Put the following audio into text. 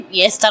yes